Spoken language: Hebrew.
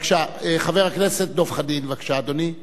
חבר הכנסת דב חנין, בבקשה, אדוני.